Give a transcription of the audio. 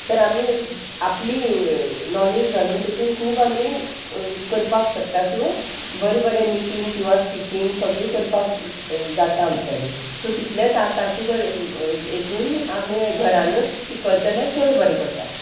तर आमी आपली नॉलेज घालून तितून खूब आमी करपाक शकता किंवां बरें बरें निटींग किंवां स्टिचींग सगळीं करपाक जाता आमच्यांनी सो तितलेंच आतांचे हेतून आमी घरानूच शिकत जाल्यार चड बरें पडटा